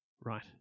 Right